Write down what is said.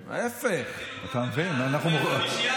תתחילו קודם מהחמישייה הראשונה.